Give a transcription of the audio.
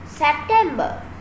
September